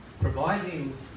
providing